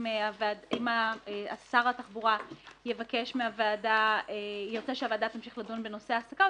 אם שר התחבורה ירצה שהוועדה תמשיך לדון בנושא ההעסקה,